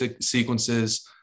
sequences